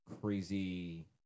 crazy